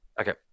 Okay